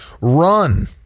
run